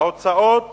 ההוצאות